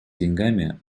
деньгами